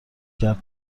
کرد